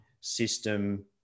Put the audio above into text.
system